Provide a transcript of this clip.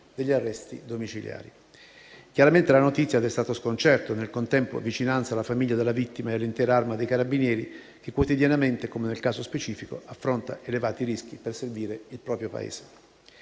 degli arresti domiciliari. Chiaramente la notizia ha destato sconcerto e, nel contempo, vicinanza alla famiglia della vittima e all'intera Arma dei carabinieri che quotidianamente, come nel caso specifico, affronta elevati rischi per servire il proprio Paese.